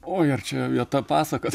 oi ar čia vieta pasakot